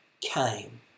came